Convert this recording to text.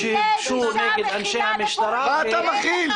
שהוגשו נגד אנשי המשטרה -- מה אתה מכיל?